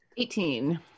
Eighteen